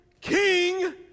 king